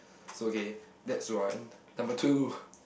it's okay that's one number two